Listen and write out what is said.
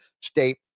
state